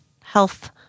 health